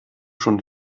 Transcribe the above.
schon